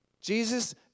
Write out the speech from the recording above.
Jesus